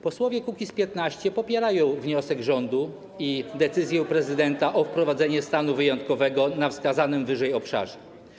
Posłowie Kukiz’15 popierają wniosek rządu i decyzję prezydenta o wprowadzeniu stanu wyjątkowego na wskazanym wyżej obszarze.